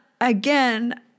again